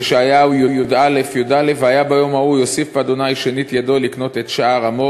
בישעיהו י"א י"א: "והיה ביום ההוא יוסיף אדני שנית ידו לקנות את שאר עמו